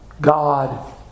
God